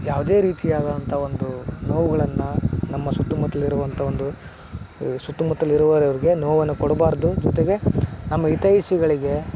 ಯಾವುದೇ ರೀತಿಯಾದಂಥ ಒಂದು ನೋವುಗಳನ್ನು ನಮ್ಮ ಸುತ್ತಮುತ್ತಲಿರುವಂಥ ಒಂದು ಸುತ್ತಮುತ್ತಲಿರುವವ್ರ್ಗೆ ನೋವನ್ನು ಕೊಡಬಾರದು ಜೊತೆಗೆ ನಮ್ಮ ಹಿತೈಷಿಗಳಿಗೆ